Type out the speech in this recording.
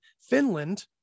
finland